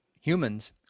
humans